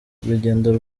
urugendo